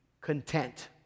content